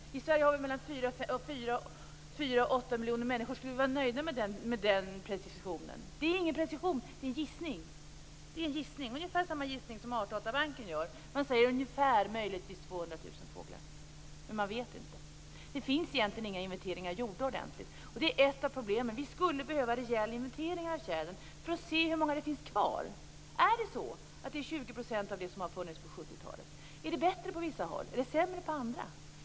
Om man skulle säga att vi i Sverige har mellan 4 och 8 miljoner människor, skulle vi vara nöjda med den precisionen? Det är ingen precision utan en gissning. Ungefär samma gissning som Artdatabanken gör. Man säger att det ungefär möjligen finns 200 000 fåglar, men man vet inte. Det finns egentligen inga ordentliga inventeringar gjorda. Det är ett av problemen. Vi skulle behöva en rejäl inventering av tjädern för att se hur många det finns kvar. Är det så att det är 20 % av det som har funnits på 70-talet? Är det bättre på vissa håll? Är det sämre på andra?